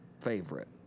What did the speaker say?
favorite